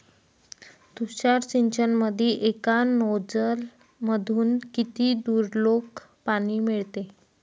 तुषार सिंचनमंदी एका नोजल मधून किती दुरलोक पाणी फेकते?